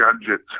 gadget